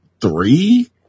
Three